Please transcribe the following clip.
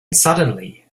suddenly